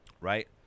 right